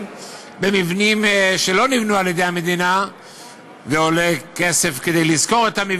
במבנים שלא נבנו על-ידי המדינה ועולה כסף לשכור אותם,